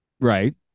right